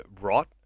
rot